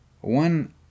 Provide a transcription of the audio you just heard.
One